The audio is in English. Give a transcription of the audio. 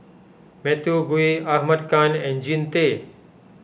Matthew Gui Ahmad Khan and Jean Tay